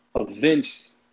events